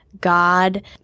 God